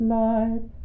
life